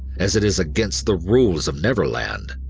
as it is against the rules of neverland,